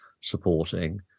supporting